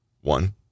one